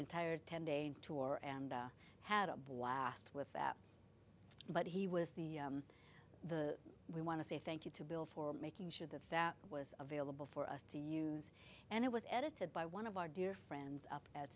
entire ten day tour and had a blast with that but he was the the we want to say thank you to bill for making sure that that was available for us to use and it was edited by one of our dear friends up at